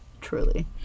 Truly